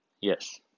Yes